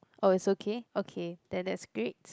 oh is okay okay then that's great